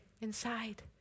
inside